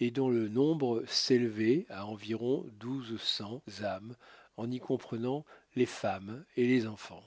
et dont le nombre s'élevait à environ douze cents âmes en y comprenant les femmes et les enfants